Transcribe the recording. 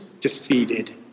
defeated